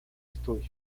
estudio